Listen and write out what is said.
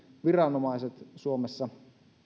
viranomaiset suomessa